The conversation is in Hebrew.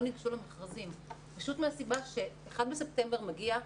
נבחרו במכרזים וזה פשוט מהסיבה שה-1 בספטמבר מגיע,